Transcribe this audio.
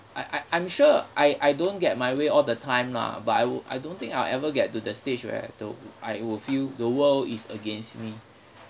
I I I'm sure I I don't get my way all the time lah but I w~ I don't think I'll ever get to the stage where though I will feel the world is against me